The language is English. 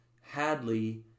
Hadley